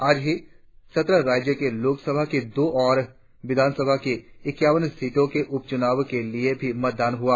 आज ही सत्रह राज्यों में लोक सभा की दो और विधानसभा की इक्यावन सीटों के उप चुनाव के लिए भी मतदान हुआ